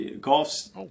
Golf's